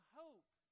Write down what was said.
hope